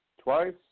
twice